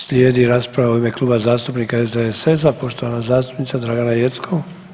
Slijedi rasprava u ime Kluba zastupnika SDSS-a poštovana zastupnica Dragana Jeckov.